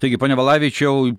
taigi pone valavičiau